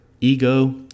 ego